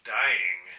dying